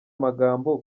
magambo